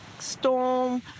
storm